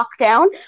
lockdown